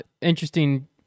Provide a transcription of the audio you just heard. Interesting